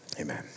Amen